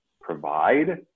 provide